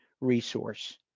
resource